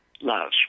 love